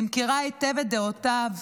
אני מכירה היטב את דעותיו.